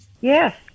Yes